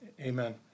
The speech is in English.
Amen